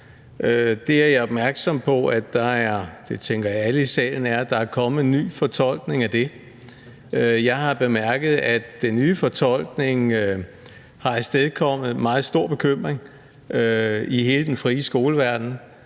at alle i salen er, at der er kommet en ny fortolkning af det. Jeg har bemærket, at den nye fortolkning har afstedkommet meget stor bekymring i hele den frie skoleverden.